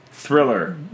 Thriller